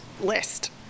list